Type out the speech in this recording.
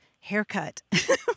haircut